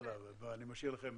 לא, אני משאיר לכם.